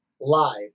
live